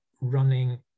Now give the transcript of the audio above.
running